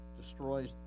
destroys